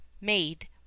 made